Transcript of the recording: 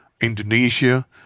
Indonesia